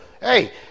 Hey